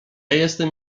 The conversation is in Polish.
jestem